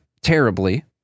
terribly